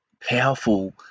powerful